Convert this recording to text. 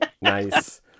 Nice